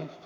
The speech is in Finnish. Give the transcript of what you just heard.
monet